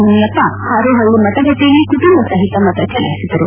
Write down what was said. ಮುನಿಯಪ್ಪ ಹಾರೋಹಳ್ಳಿ ಮತಗಟ್ಟೆಯಲ್ಲಿ ಕುಟುಂಬ ಸಹಿತ ಮತ ಚಲಾಯಿಸಿದರು